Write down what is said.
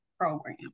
program